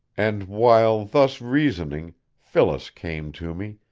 and while thus reasoning phyllis came to me,